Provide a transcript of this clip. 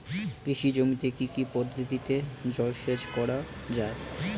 কৃষি জমিতে কি কি পদ্ধতিতে জলসেচ করা য়ায়?